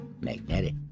magnetic